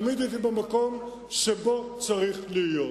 תמיד הייתי במקום שבו צריך להיות.